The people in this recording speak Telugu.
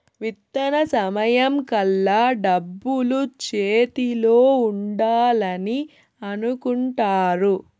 విత్తన సమయం కల్లా డబ్బులు చేతిలో ఉండాలని అనుకుంటారు